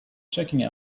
checking